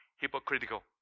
hypocritical